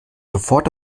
sofort